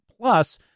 plus